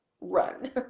run